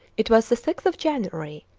it was the sixth of january,